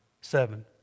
seven